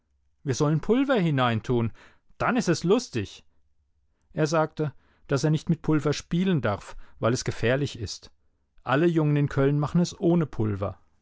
wir sollen pulver hineintun dann ist es lustig er sagte daß er nicht mit pulver spielen darf weil es gefährlich ist alle jungen in köln machen es ohne pulver